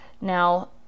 Now